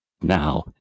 now